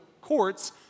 courts